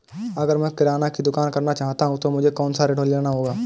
अगर मैं किराना की दुकान करना चाहता हूं तो मुझे कौनसा ऋण लेना चाहिए?